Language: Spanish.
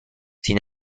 sin